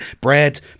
bread